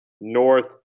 North